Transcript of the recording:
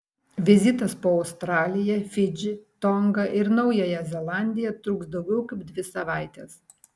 vizitas po australiją fidžį tongą ir naująją zelandiją truks daugiau kaip dvi savaites